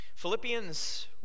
Philippians